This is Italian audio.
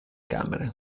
camere